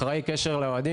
אחראי קשר לאוהדים,